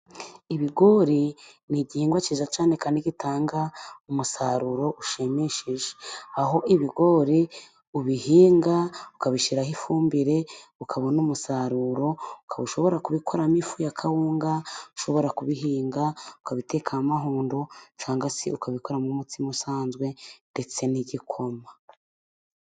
Ibigori ni igihingwa cyiza cyane kandi gitanga umusaruro ushimishije, aho ibigori ubihinga ukabishyiraho ifumbire, ukabona umusaruro, ukaba ushobora gukuramo ifu ya kawunga, ushobora kubihinga, ukabitekamo amahundo cyangwa se ukabikoramo umutsima usanzwe ndetse n'igikoma.